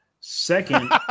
second